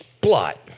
blot